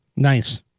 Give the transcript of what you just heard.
Nice